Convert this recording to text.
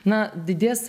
na didės